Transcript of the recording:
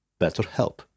BetterHelp